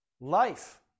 life